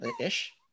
ish